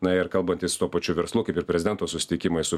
na ir kalbantis su tuo pačiu verslu kaip ir prezidento susitikimai su